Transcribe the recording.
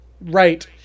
Right